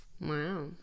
Wow